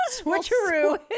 switcheroo